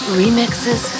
remixes